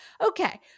Okay